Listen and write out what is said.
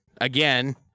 again